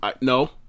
no